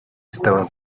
estaban